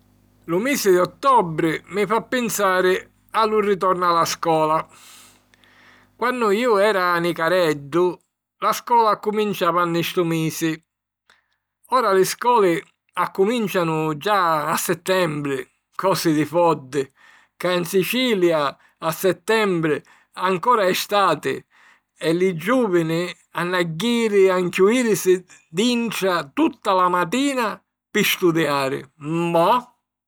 Lu misi di ottobri mi fa pinsari a lu ritornu a la scola. Quannu iu era nicareddu, la scola accuminciava nni stu misi. Ora li scoli accumìncianu già a settembri: cosi di foddi, cca 'n Sicilia a settembri ancora è stati e li giùvini hannu a jiri a nchiujìrisi dintra tutta la matina pi studiari Mah...